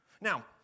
Now